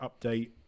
update